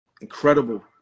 Incredible